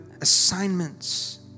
assignments